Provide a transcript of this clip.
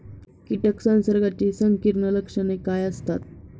कीटक संसर्गाची संकीर्ण लक्षणे काय असतात?